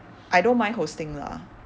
I don't mind hosting lah